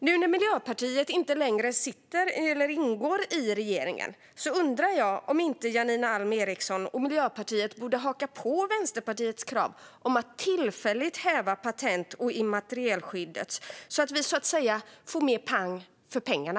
Nu när Miljöpartiet inte längre ingår i regeringen undrar jag om inte Janine Alm Ericson och Miljöpartiet borde haka på Vänsterpartiets krav om att tillfälligt häva patent och immaterialskyddet så att vi, så att säga, får mer pang får pengarna.